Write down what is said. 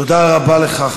תודה רבה לך,